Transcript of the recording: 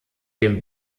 dem